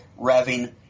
revving